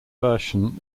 version